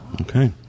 Okay